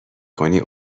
کنی